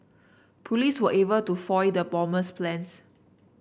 police were able to foil the bomber's plans